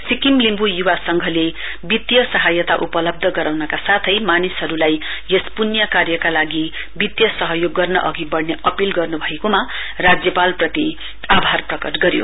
सिक्किम लिम्बु युवा संघले वित्तीय सहायता उपवब्ध गराउनका साथै मान सहरूलाई पुण्य कार्यका लागि वित्तिय सहयोग गर्न अघि बढ़ने अपील गर्नुभएकोमा राज्यपालप्रति आभार प्रकट गर्यो